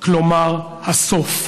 כלומר הסוף.